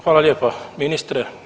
Hvala lijepa ministre.